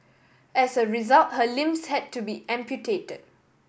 as a result her limbs had to be amputated